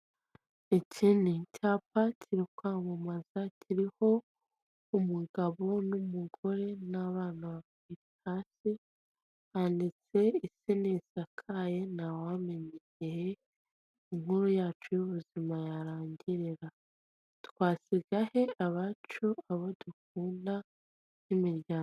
Iki ni icyapa kiri kwamamaza kiriho umugabo n'umugore n'abana babiri, hasi banditse isi ntisakaye ntawamenya igihe inkuru yacu y'ubuzima yarangirira, twasiga he abacu, abo dukunda n'imiryango.